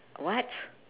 what